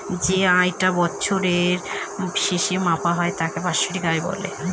যে আয় টা বছরের শেষে মাপা হয় তাকে বাৎসরিক আয় বলে